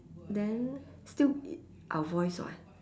then still our voice [what]